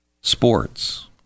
sports